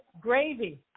Gravy